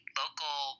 local